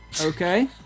Okay